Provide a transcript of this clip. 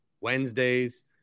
Wednesdays